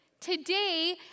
today